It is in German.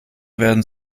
werden